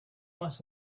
must